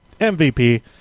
mvp